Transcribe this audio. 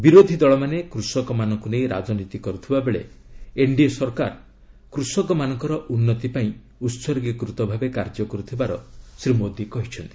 ବିରୋଧୀ ଦଳମାନେ କୃଷକମାନଙ୍କୁ ନେଇ ରାଜନୀତି କରୁଥିବାବେଳେ ଏନ୍ଡିଏ ସରକାର କୃଷକମାନଙ୍କର ଉନ୍ନତି ପାଇଁ ଉହର୍ଗୀକୃତ ଭାବେ କାର୍ଯ୍ୟ କରୁଥିବାର ଶ୍ରୀ ମୋଦି କହିଛନ୍ତି